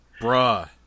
Bruh